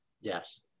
yes